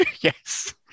Yes